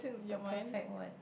the perfect one